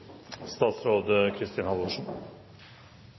statsråd Kristin Halvorsen